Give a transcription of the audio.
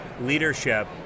leadership